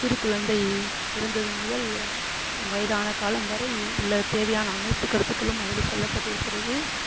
சிறு குழந்தை பிறந்தது முதல் வயதான காலம் வரை உள்ள தேவையான அனைத்துக் கருத்துக்களும் அதில் சொல்லப்பட்டு இருக்கிறது